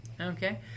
Okay